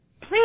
please